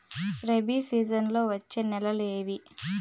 రబి సీజన్లలో వచ్చే నెలలు ఏవి?